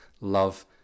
love